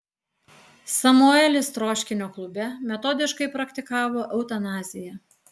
samuelis troškinio klube metodiškai praktikavo eutanaziją